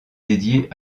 dédiée